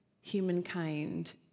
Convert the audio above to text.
humankind